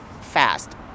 fast